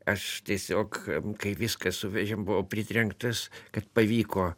aš tiesiog kai viską suvežėm buvau pritrenktas kad pavyko